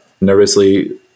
nervously